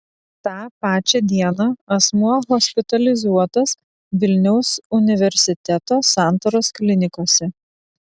tą pačią dieną asmuo hospitalizuotas vilniaus universiteto santaros klinikose